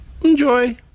Enjoy